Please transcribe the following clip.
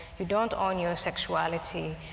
you don't own your sexuality.